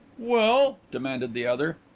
well? demanded the other.